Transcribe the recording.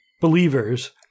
believers